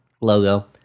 logo